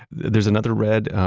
there's another red.